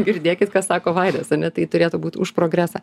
girdėkit ką sako vaidas ane tai turėtų būt už progresą